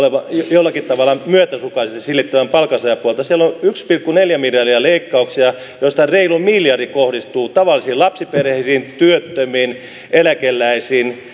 jollakin tavalla myötäsukaisesti silittävän palkansaajapuolta siellä on yksi pilkku neljä miljardia leikkauksia joista reilu miljardi kohdistuu tavallisiin lapsiperheisiin työttömiin eläkeläisiin